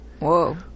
whoa